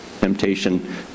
temptation